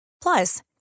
Plus